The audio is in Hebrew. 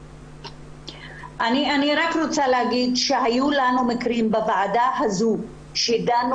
אני רוצה לומר שהיו לנו מקרים בוועדה הזו שדנו